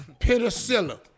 Penicillin